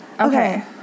okay